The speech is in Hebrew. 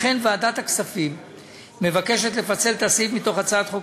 לכן ועדת הכספים מבקשת לפצל את הסעיף מתוך הצעת חוק